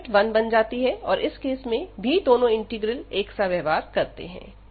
यह लिमिट 1 बन जाती है और इस केस में भी दोनों इंटीग्रल एक सा व्यवहार करते हैं